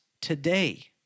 today